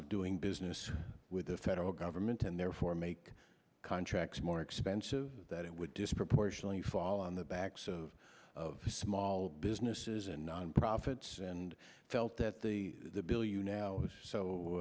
of doing business with the federal government and therefore make contracts more expensive that it would disproportionately fall on the backs of of small businesses and non profits and felt that the bill you now so